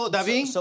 David